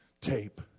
tape